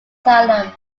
salem